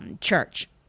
church